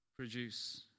produce